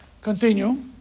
continue